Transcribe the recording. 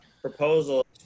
proposal